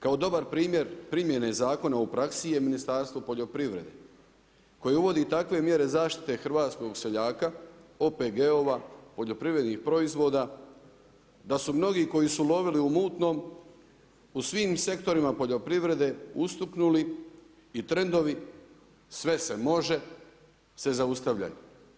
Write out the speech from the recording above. Kao dobar primjer primjene zakona u praksi je Ministarstvo poljoprivrede koje uvodi takve mjere zaštite hrvatskog seljaka, OPG-ova, poljoprivrednih proizvoda, da su mnogi koji su lovili u mutnom u svim sektorima poljoprivrede ustuknuli i trendovi sve se može se zaustavljaju.